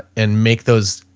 and make those,